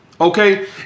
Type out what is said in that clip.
okay